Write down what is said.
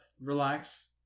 relax